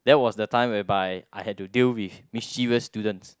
that was the time whereby I had to deal with mischievous students